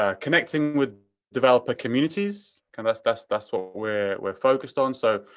ah connecting with developer communities. kind of that's that's what we're we're focused on. so,